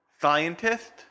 scientist